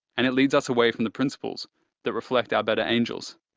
and, it leads us away from the principles that reflect our better angels,